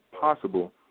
possible